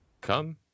come